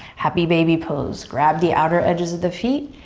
happy baby pose, grab the outer edges of the feet.